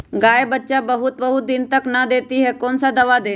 गाय बच्चा बहुत बहुत दिन तक नहीं देती कौन सा दवा दे?